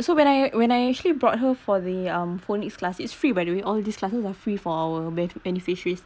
so when I when I actually brought her for the um phonics class it's free by the way all these classes are free for our with bene~ beneficiaries